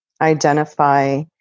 identify